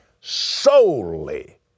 solely